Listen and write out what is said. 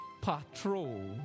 patrol